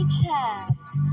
Chaps